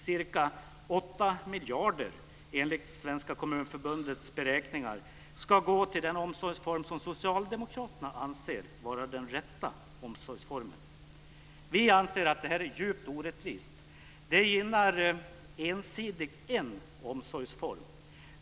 Ca 8 miljarder kronor, enligt Svenska kommunförbundets beräkningar, ska gå till den omsorgsform som socialdemokraterna anser vara den rätta omsorgsformen. Vi anser att detta är djupt orättvist. Det gynnar ensidigt en omsorgsform.